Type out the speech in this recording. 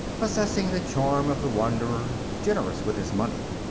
possessing the charm of the wanderer, generous with his money.